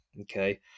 okay